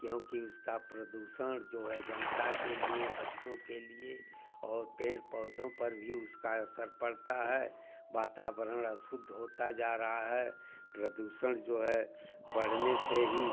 क्योंकि उसका प्रदूशण जो है जनता के लिए बच्चों के लिए और पेड़ पौधों पर भी उसका असर पड़ता है वातावरण अशुद्ध होता जा रहा है प्रदूशण जो है बढ़ने से ही